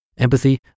Empathy